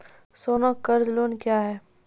सोना कर्ज लोन क्या हैं?